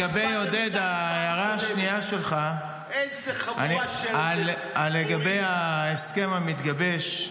לגבי עודד, ההערה השנייה שלך, לגבי ההסכם המתגבש.